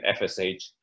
FSH